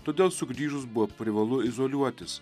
todėl sugrįžus buvo privalu izoliuotis